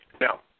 Now